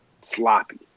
sloppy